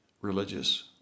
religious